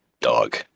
dog